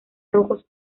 rojos